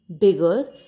bigger